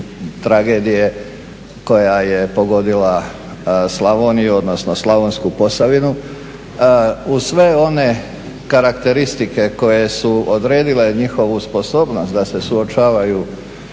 tragedije koja je pogodila Slavoniju, odnosno slavonsku Posavinu. Uz sve one karakteristike koje su odredile njihovu sposobnost da se suočavaju